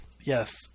Yes